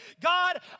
God